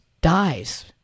dies